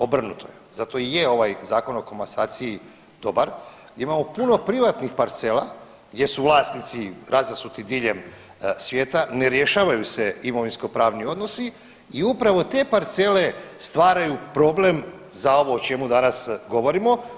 Obrnuto, zato i je ovaj Zakon o komasaciji dobar, imamo puno privatnih parcela gdje su vlasnici razasuti diljem svijeta, ne rješavaju se imovinskopravni odnosi i upravo te parcele stvaraju problem za ovo o čemu danas govorimo.